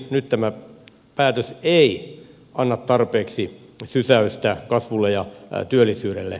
nyt tämä päätös ei anna tarpeeksi sysäystä kasvulle ja työllisyydelle